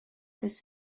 this